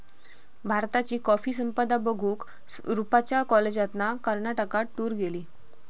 भारताची कॉफी संपदा बघूक रूपच्या कॉलेजातना कर्नाटकात टूर गेली